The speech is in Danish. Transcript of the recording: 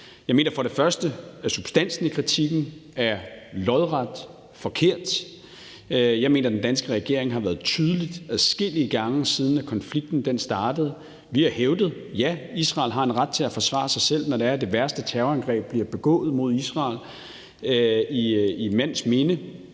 Jeg mener først og fremmest, at substansen i kritikken er lodret forkert. Jeg mener, at den danske regering har været tydelig adskillige gange, siden konflikten startede. Vi har hævdet, at ja, Israel har en ret til at forsvare sig selv, når det værste terrorangreb i mands minde bliver begået mod Israel og det